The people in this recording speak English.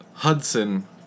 Hudson